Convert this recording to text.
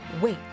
wait